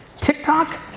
TikTok